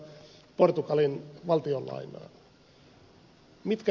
mitkä ne voimat ovat